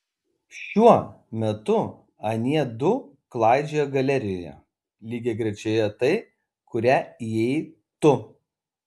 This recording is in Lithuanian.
šiuo metu anie du klaidžioja galerijoje lygiagrečioje tai kuria įėjai tu